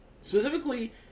specifically